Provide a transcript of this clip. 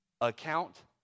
account